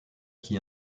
qui